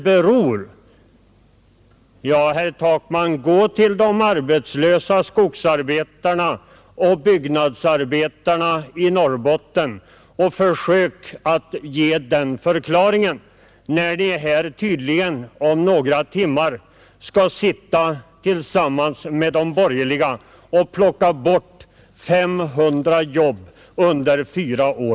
Herr Takman! Hur tänker ni fylla ut det gapet under dessa år?